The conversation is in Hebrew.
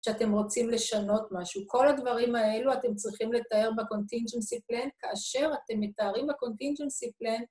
כשאתם רוצים לשנות משהו. כל הדברים האלו אתם צריכים לתאר בקונטינג'נסי פלנט, כאשר אתם מתארים בקונטינג'נסי פלנט.